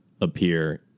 appear